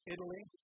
Italy